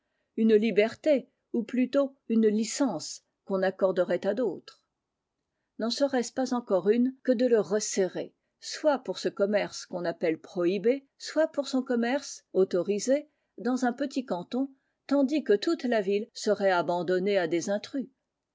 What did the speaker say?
une liberté ou plutôt une licence qu'on accorderait à d'autres n'en serait-ce pas encore une que de le resserrer soit pour ce commerce qu'on appelle prohibé soit pour son commerce autorise dans un petit canton tandis que toute la ville serait abandonnée à des intrus